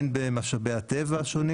הן במשאבי הטבע השונים